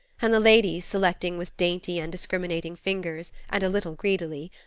and the ladies, selecting with dainty and discriminating fingers and a little greedily,